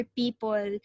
people